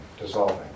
dissolving